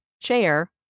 Chair